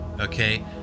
Okay